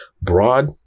broad